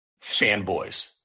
fanboys